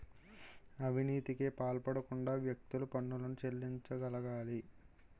అవినీతికి పాల్పడకుండా వ్యక్తులు పన్నులను చెల్లించగలగాలి